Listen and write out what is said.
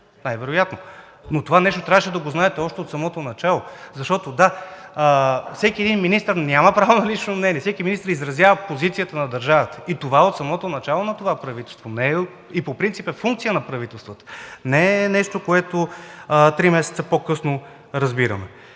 но това нещо трябваше да го знаете още от самото начало. Защото, да, всеки един министър няма право на лично мнение, всеки министър изразява позицията на държавата. Това е от самото начало на това правителство и по принцип е функция на правителствата, не е нещо, което три месеца по-късно разбираме.